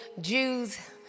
Jews